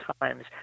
times